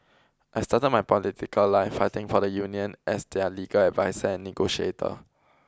I started my political life fighting for the union as their legal adviser and negotiator